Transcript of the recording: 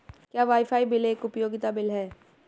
क्या wifi bill एक उपयोगिता बिल है?